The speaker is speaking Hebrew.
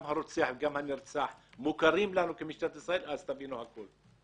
גם הרוצח וגם הנרצח מוכרים לנו במשטרת ישראל וכך תוכלו להבין הכול.